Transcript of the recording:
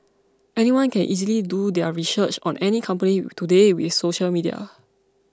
anyone can easily do their research on any company today with social media